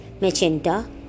magenta